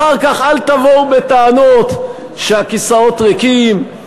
אחר כך אל תבואו בטענות שהכיסאות ריקים,